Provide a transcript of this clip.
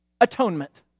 atonement